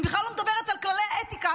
אני בכלל לא מדברת על כללי האתיקה,